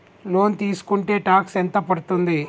Loan తీస్కుంటే tax ఎంత పడ్తుంది?